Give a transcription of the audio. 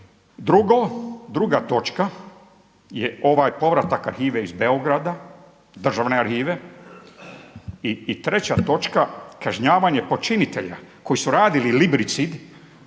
Druga točka je ovaj povratak arhive iz Beograda, državne arhive. I treća točka kažnjavanje počinitelja koji su radili librici,